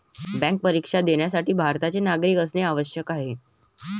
bank परीक्षा देण्यासाठी भारताचे नागरिक असणे आवश्यक आहे